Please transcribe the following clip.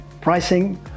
pricing